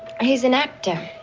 he's an actor.